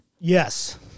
Yes